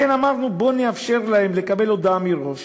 לכן, אמרנו: בואו נאפשר להם לקבל הודעה מראש.